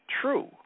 true